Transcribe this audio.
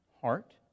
Heart